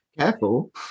careful